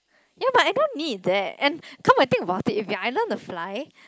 ya but I don't need that and come and think about it if you're under the fly